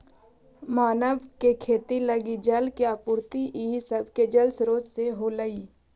मानव के खेती लगी जल के आपूर्ति इहे सब जलस्रोत से होलइ